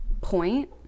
point